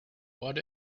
what